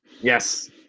yes